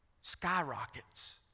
skyrockets